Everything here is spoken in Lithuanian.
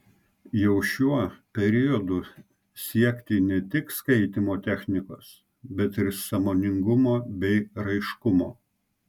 jau šiuo periodu siekti ne tik skaitymo technikos bet ir sąmoningumo bei raiškumo